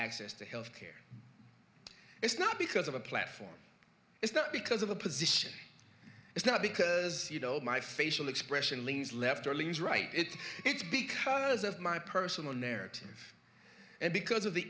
access to health care it's not because of a platform it's not because of a position it's not because my facial expression leans left or lose right it's it's because of my personal narrative and because of the